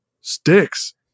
sticks